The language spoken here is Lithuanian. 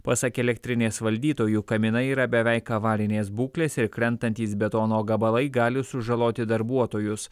pasak elektrinės valdytojų kaminai yra beveik avarinės būklės ir krentantys betono gabalai gali sužaloti darbuotojus